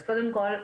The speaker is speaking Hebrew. קודם כל,